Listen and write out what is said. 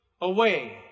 away